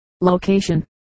location